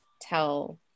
tell